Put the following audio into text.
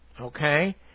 okay